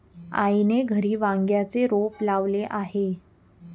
आईने घरी वांग्याचे रोप लावले आहे